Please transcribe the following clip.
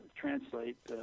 translate